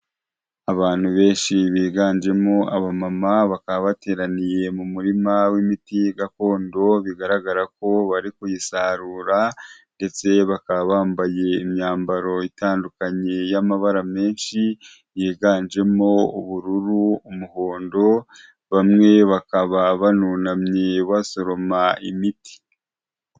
Abantu benshi biganjemo abamama bakaba bateraniye mu murima w'imiti gakondo bigaragara ko bari kuyisarura ndetse bakaba bambaye imyambaro itandukanye y'amabara menshi yiganjemo ubururu, umuhondo bamwe bakaba banunamye basoroma imiti.